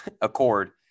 accord